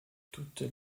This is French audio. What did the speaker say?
toute